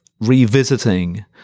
revisiting